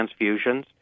transfusions